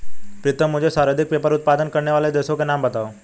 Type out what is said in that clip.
प्रीतम मुझे सर्वाधिक पेपर उत्पादन करने वाले देशों का नाम बताओ?